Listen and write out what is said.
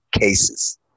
cases